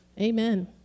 amen